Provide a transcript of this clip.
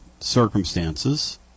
circumstances